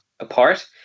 apart